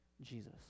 jesus